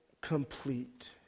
complete